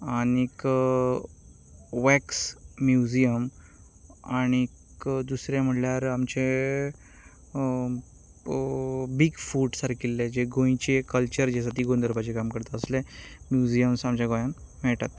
आनी wax museum आनी दुसरें म्हणल्यार आमचे बीग फूट सारकिल्लें जें गोंयचें कल्चर जें आसा तिगोवन दवरपाचें काम करता तसलें म्युजीयम आमच्या गोंयांत मेळटात